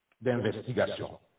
d'investigation